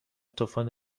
طوفان